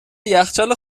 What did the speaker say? یخچال